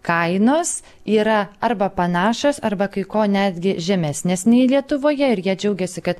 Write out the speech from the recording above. kainos yra arba panašios arba kai ko netgi žemesnės nei lietuvoje ir jie džiaugiasi kad